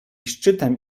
szczytem